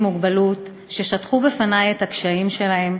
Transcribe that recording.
מוגבלות ששטחו בפני את הקשיים שלהם,